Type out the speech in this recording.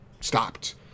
stopped